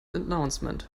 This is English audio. announcement